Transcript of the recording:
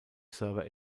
server